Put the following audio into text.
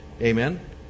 Amen